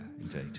indeed